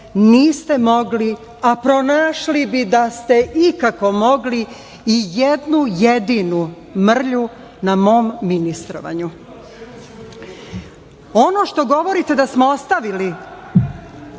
niste mogli, a pronašli bi, da ste ikako mogli, i jednu jedinu mrlju na mom ministrovanju. Ono što govorite da smo ostavili,